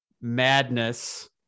Madness